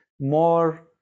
more